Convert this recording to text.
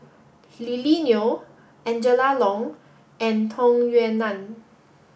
Lily Neo Angela Liong and Tung Yue Nang